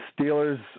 Steelers